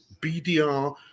BDR